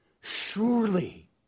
surely